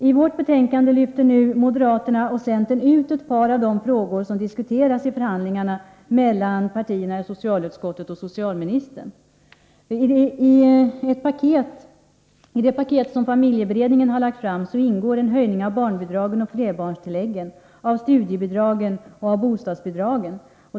I betänkandet lyfter nu moderaterna och centern ut ett par av de frågor som diskuteras i förhandlingarna mellan partierna i socialutskottet och socialministern. I det paket som familjeberedningen har lagt fram ingår en höjning av barnbidragen och flerbarnstilläggen, av studiebidragen och av bostadsbidragen.